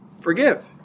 forgive